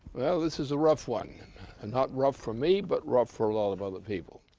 well, this is a rough one and not rough for me, but rough for a lot of other people.